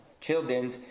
children